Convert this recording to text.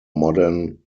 modern